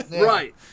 right